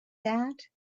that